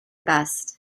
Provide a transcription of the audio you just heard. best